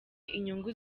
inyungu